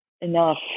enough